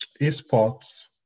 esports